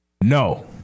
no